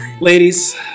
Ladies